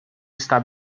está